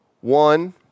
One